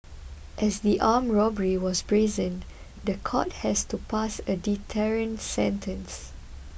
as the armed robbery was brazen the court has to pass a deterrent sentence